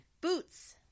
Boots